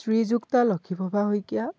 Srijuta Lakshiprabha Saikia